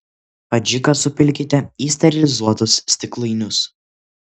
adžiką supilkite į sterilizuotus stiklainius